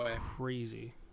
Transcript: crazy